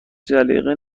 جلیقه